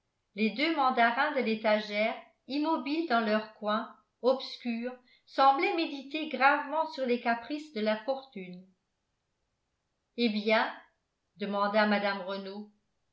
les deux mandarins de l'étagère immobiles dans leur coin obscur semblaient méditer gravement sur les caprices de la fortune hé bien demanda mme renault